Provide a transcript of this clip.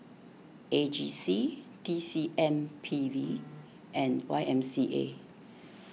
A G C T C M P B and Y M C A